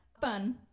Fun